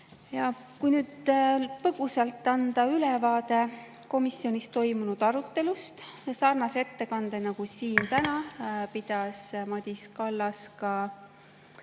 Kui nüüd põgusalt anda ülevaade komisjonis toimunud arutelust, siis sarnase ettekande nagu siin täna pidas Madis Kallas ka